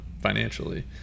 financially